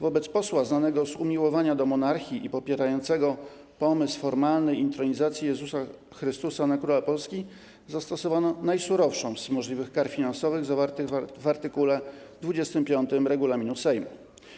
Wobec posła znanego z umiłowania do monarchii i popierającego pomysł formalnej intronizacji Jezusa Chrystusa na Króla Polski zastosowano najsurowszą z możliwych kar finansowych zawartych w art. 25 regulaminu Sejmu.